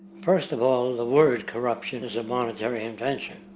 first of all, the word corruption is a monetary invention,